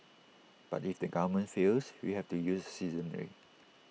but if the government fails we have to use the citizenry